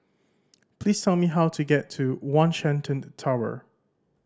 please tell me how to get to One Shenton Tower